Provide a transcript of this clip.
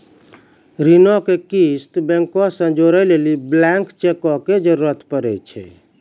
ऋणो के किस्त बैंको से जोड़ै लेली ब्लैंक चेको के जरूरत पड़ै छै